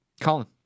Colin